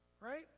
right